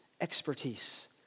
Expertise